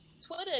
Twitter